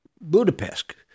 Budapest